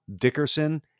Dickerson